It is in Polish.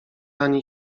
ani